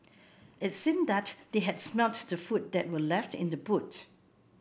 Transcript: it seemed that they had smelt the food that were left in the boot